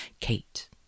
Kate